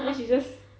then she just